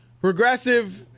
Progressive